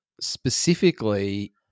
specifically –